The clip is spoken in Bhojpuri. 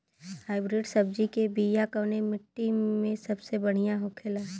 हाइब्रिड सब्जी के बिया कवने मिट्टी में सबसे बढ़ियां होखे ला?